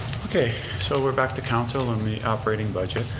okay, so we're back to council on the operating budget.